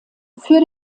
für